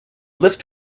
lift